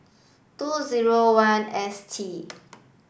two zero one S T